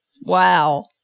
Wow